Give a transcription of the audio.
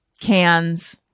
cans